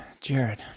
jared